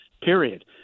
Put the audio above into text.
period